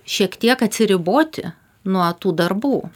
šiek tiek atsiriboti nuo tų darbų